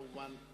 כמובן,